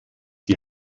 die